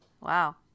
Wow